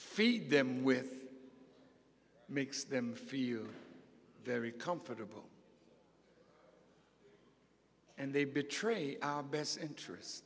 feed them with makes them feel very comfortable and they betray our best interests